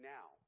Now